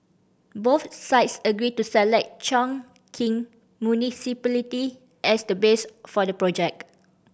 both sides agreed to select Chongqing Municipality as the base for the project